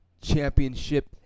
Championship